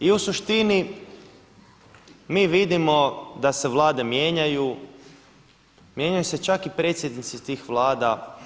I u suštini mi vidimo da se Vlade mijenjaju, mijenjaju se čak i predsjednici tih Vlada.